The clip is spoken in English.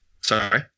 Sorry